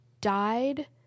died